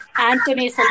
Anthony